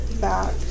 back